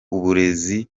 uburezi